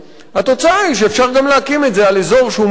התוצאה היא שאפשר להקים את זה על אזור שהוא מזוהם